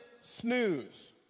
snooze